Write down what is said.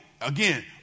again